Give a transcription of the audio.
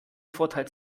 vorteil